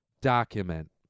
document